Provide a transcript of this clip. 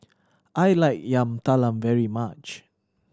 I like Yam Talam very much